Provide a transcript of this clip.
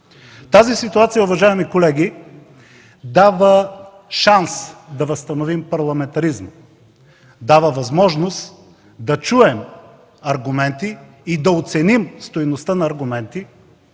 Тази ситуация, уважаеми колеги, дава шанс да възстановим парламентаризма, дава възможност да чуем аргументи и да оценим стойността на аргументи.